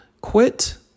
Quit